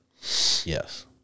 Yes